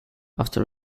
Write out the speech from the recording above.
after